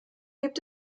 gibt